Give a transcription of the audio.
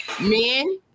men